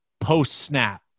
post-snap